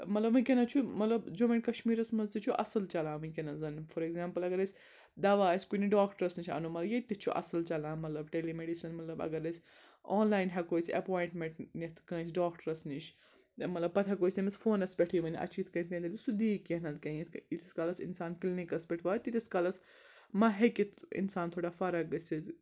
مطلب وٕنۍکٮ۪نس چھُ مطلب جموں اینٛڈ کشمیٖرس منٛز تہِ چھُ اَصٕل چلان وٕنۍکٮ۪نس زنہٕ فار اٮ۪کزامپٕل اگر أسۍ دَوا آسہِ کُنہِ ڈاکٹرٛس نِش اَنُن مگر ییٚتہِ تہِ چھُ اَصٕل چلان مطلب ٹیٚلی مِڈِسن مطلب اگر أسۍ آن لایَن ہٮ۪کو أسۍ اٮ۪پونٛٹمنٹ نِتھ کٲنٛسہِ ڈاکٹرس نِش مطلب پَتہٕ ہٮ۪کو أسۍ تٔمِس فونس پٮ۪ٹھٕے ؤنِتھ اَسہِ چھُ یِتھ کٔنۍ سُہ دِی کیٚنٛہہ نَتہٕ کیٚنٛہہ یِتھ کٔنۍ ییٖتِس کالس اِنسان کِلنِکَس پٮ۪ٹھ واتہِ تیٖتِس کالس مَہ ہیٚکہِ اِنسان تھوڑا فرق گٔژھِتھ